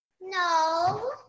No